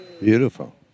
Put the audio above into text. Beautiful